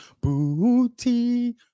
booty